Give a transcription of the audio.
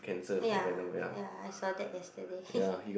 ya ya I saw that yesterday